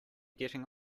getting